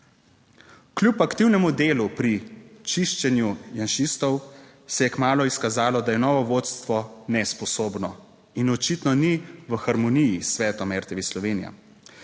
Kljub aktivnemu delu pri čiščenju janšistov se je kmalu izkazalo, da je novo vodstvo nesposobno in očitno ni v harmoniji s svetom RTV Slovenija.